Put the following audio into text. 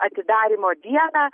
atidarymo dieną